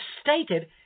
stated